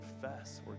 confess